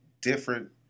different